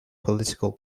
political